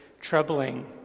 troubling